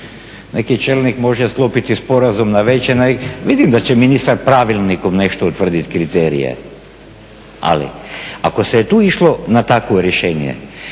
Neki čelnik može sklopiti sporazum …, vidim da će ministar pravilnikom nešto utvrditi kriterije. Ali, ako se tu išlo na takvo rješenje,